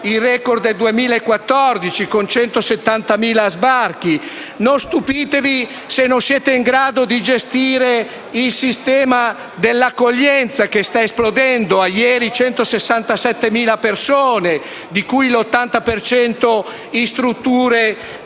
il *record* del 2014, con 170.000 sbarchi. Non stupitevi se non siete in grado di gestire il sistema dell'accoglienza, che sta esplodendo. È di ieri il dato di 167.000 persone, di cui l'80 per